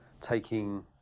taking